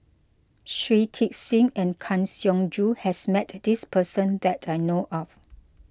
Shui Tit Sing and Kang Siong Joo has met this person that I know of